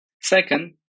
Second